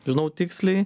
žinau tiksliai